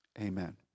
Amen